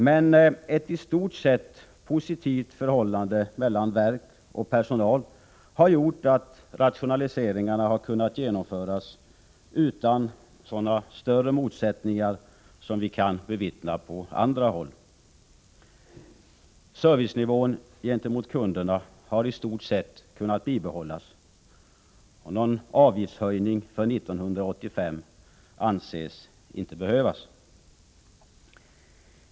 Men ett i stort sett positivt förhållande mellan verk och personal har gjort att rationaliseringarna har kunnat genomföras utan sådana större motsättningar som vi kan bevittna på andra håll. Servicenivån gentemot kunderna har i stort sett kunnat bibehållas. Någon avgiftshöjning för 1985 anses inte behövas.